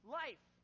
life